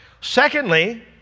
Secondly